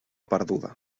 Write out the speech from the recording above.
perduda